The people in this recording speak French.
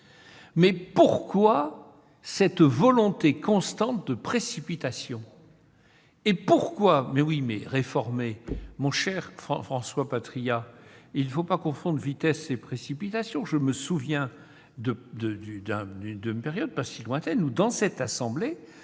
dire. Pourquoi cette volonté constante de précipitation ? Il faut réformer ! Mon cher François Patriat, il ne faut pas confondre vitesse et précipitation. Je me souviens d'une période, pas si lointaine, où, dans cette assemblée,